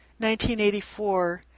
1984